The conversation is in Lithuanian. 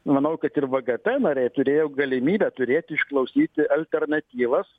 manau kad ir vgt nariai turėjo galimybę turėti išklausyti alternatyvas